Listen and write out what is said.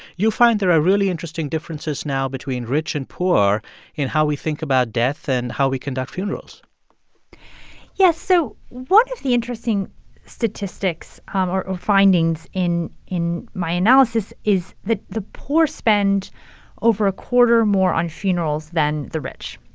you find there are really interesting differences now between rich and poor in how we think about death and how we conduct funerals yeah. so one of the interesting statistics um or or findings in in my analysis is that the poor spend over a quarter more on funerals than the rich.